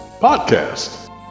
podcast